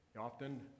Often